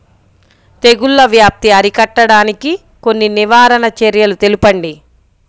తెగుళ్ల వ్యాప్తి అరికట్టడానికి కొన్ని నివారణ చర్యలు తెలుపండి?